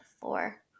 four